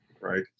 right